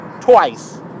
twice